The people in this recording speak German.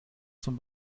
zum